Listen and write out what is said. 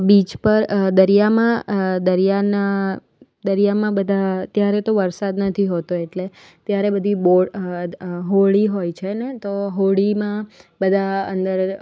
beach પર દરિયામાં દરિયાના દરિયામાં બધા ત્યારે તો વરસાદ નથી હોતો એટલે ત્યારે બધી બોટ હોળી હોય છે ને તો હોળીમાં બધા અંદર